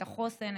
את החוסן,